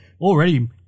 already